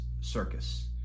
circus